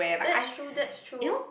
that's true that's true